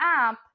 app